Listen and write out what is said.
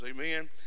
amen